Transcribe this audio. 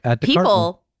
people